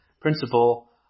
principle